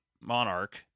monarch